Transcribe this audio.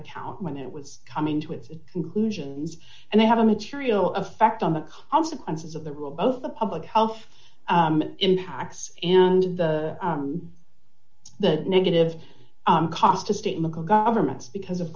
account when it was coming to its conclusions and they have a material effect on the consequences of the rule both the public health impacts and the the negative cost of state and local governments because of